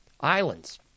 islands